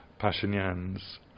Pashinyan's